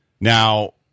Now